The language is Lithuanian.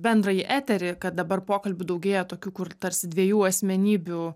bendrąjį eterį kad dabar pokalbių daugėja tokių kur tarsi dviejų asmenybių